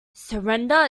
surrender